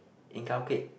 inculcate